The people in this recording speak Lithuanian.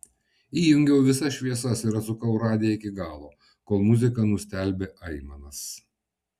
įjungiau visas šviesas ir atsukau radiją iki galo kol muzika nustelbė aimanas